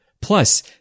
Plus